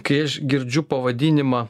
kai aš girdžiu pavadinimą